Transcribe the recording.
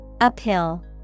Uphill